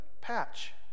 patch